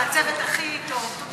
זה הצוות הכי טוב.